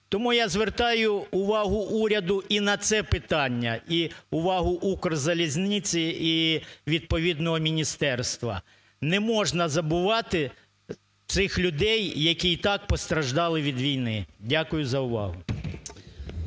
Тому я звертаю увагу уряду і на це питання, і увагу "Укрзалізниці", і відповідного міністерства. Не можна забувати цих людей, які і так постраждали від війни. Дякую за увагу.